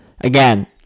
again